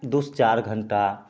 दुइ चारि घंटा